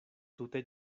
tute